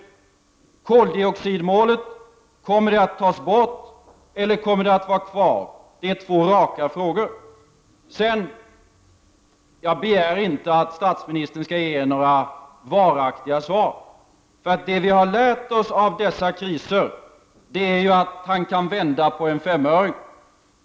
Kommer koldioxidmålet att tas bort eller kommer det att vara kvar? Det är två raka frågor. Jag begär inte att statsministern skall ge några varaktiga svar, för det vi har lärt oss av dessa kriser är ju att han kan vända på en femöring.